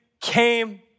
came